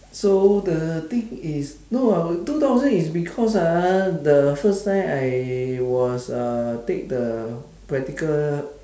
so the thing is no ah two thousand is because ah the first time I was uh take the practical